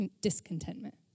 discontentment